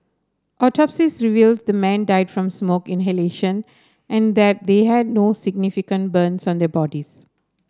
autopsies revealed the men died from smoke inhalation and that they had no significant burns on their bodies